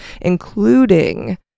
including